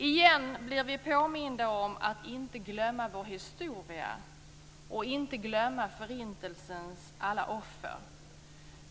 Igen blir vi påminda om att inte glömma vår historia och att inte glömma Förintelsens alla offer.